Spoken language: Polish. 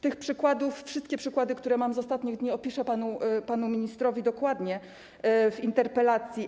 Te przykłady, wszystkie przykłady, które mam z ostatnich dni, opiszę panu ministrowi dokładnie w interpelacji.